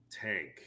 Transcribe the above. tank